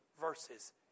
verses